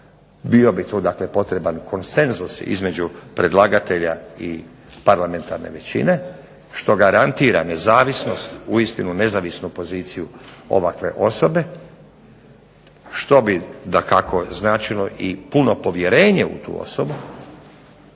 Bio bi tu dakle potreban konsenzus između predlagatelja i parlamentarne većine što garantira nezavisnost uistinu nezavisnu poziciju ovakve osobe, što bi dakako značilo i puno povjerenje u tu osobu,